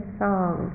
song